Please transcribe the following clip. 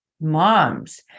moms